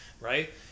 right